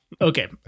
Okay